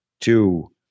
two